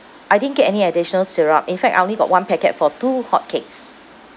I didn't get any additional syrup in fact I only got one packet for two hotcakes